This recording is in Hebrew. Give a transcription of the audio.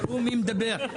תראו מי מדבר.